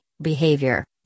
behavior